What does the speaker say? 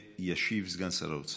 וישיב סגן שר האוצר.